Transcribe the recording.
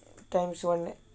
times one right